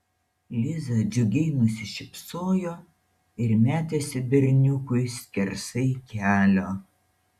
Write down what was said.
liza džiugiai nusišypsojo ir metėsi berniukui skersai kelio